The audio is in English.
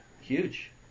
huge